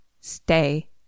Stay